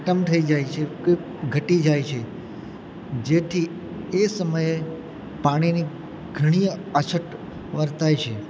ખતમ થઈ જાય છે કે ઘટી જાય છે જેથી એ સમયે પાણીની ઘણી અછત વર્તાય છે